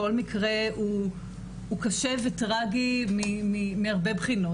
כול מקרה הוא קשה וטרגי מהרבה בחינות.